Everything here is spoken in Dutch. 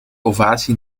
ovatie